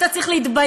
אתה צריך להתבייש.